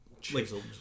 chiseled